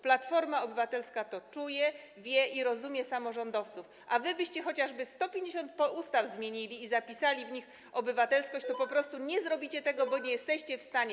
Platforma Obywatelska to czuje, wie i rozumie samorządowców, a wy choćbyście 150 ustaw zmienili i zapisali w nich: obywatelskość, to po prostu nie zrobicie tego, bo nie jesteście w stanie.